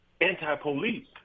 anti-police